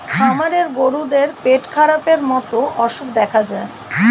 খামারের গরুদের পেটখারাপের মতো অসুখ দেখা যায়